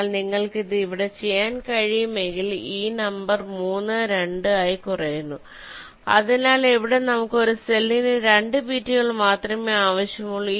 എന്നാൽ നിങ്ങൾക്ക് ഇത് ഇവിടെ ചെയ്യാൻ കഴിയുമെങ്കിൽ ഈ നമ്പർ 3 2 ആയി കുറയുന്നു അതിനാൽ ഇവിടെ നമുക്ക് ഒരു സെല്ലിന് 2 ബിറ്റുകൾ മാത്രമേ ആവശ്യമുള്ളൂ